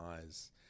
eyes